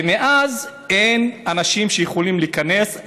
ומאז אין אנשים שיכולים להיכנס,